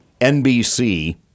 NBC